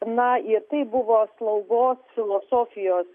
na ir tai buvo slaugos filosofijos